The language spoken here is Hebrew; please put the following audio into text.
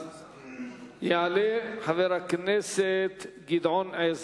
אז יעלה חבר הכנסת גדעון עזרא.